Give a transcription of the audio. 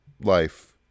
life